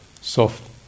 soft